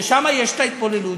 ששם יש את ההתבוללות,